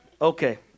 Okay